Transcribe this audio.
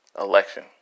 election